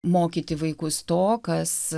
mokyti vaikus to kas